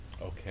Okay